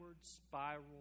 spiral